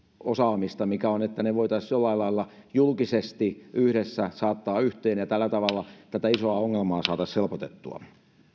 osaamista että ne voitaisiin jollain lailla julkisesti yhdessä saattaa yhteen ja tällä tavalla tätä isoa ongelmaa saataisiin helpotettua